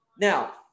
Now